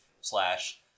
slash